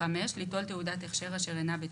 ליטול תעודת הכשר אשר אינה בתוקף,